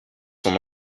son